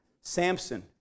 Samson